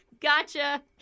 gotcha